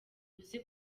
uzi